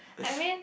I mean